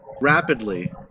rapidly